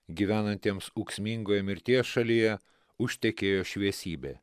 gyvenantiems ūksmingoje mirties šalyje užtekėjo šviesybė